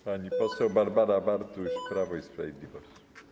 Pani poseł Barbara Bartuś, Prawo i Sprawiedliwość.